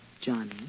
Johnny